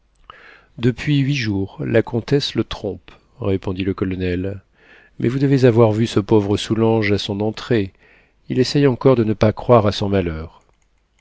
depuis huit jours la comtesse le trompe répondit le colonel mais vous devez avoir vu ce pauvre soulanges à son entrée il essaie encore de ne pas croire à son malheur